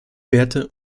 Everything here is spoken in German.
werte